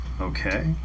Okay